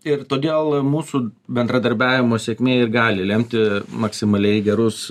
ir todėl mūsų bendradarbiavimo sėkmė ir gali lemti maksimaliai gerus